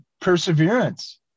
Perseverance